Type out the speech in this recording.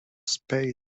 space